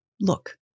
look